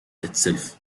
itself